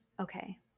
Okay